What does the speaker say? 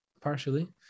partially